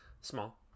small